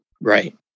Right